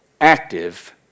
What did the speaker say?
active